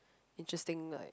interesting night